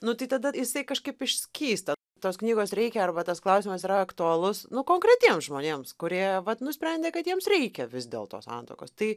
nu tai tada jisai kažkaip išskysta tos knygos reikia arba tas klausimas yra aktualus nu konkretiems žmonėms kurie vat nusprendė kad jiems reikia vis dėlto santuokos tai